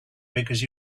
because